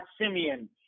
Simeon